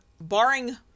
barring